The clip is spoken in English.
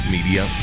Media